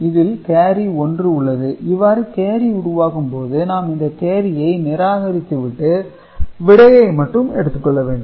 இதில் கேரி 1 உள்ளது இவ்வாறு கேரி உருவாகும்போது நாம் இந்த கேரியை நிராகரித்துவிட்டு விடையை மட்டும் எடுத்துக்கொள்ள வேண்டும்